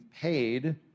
paid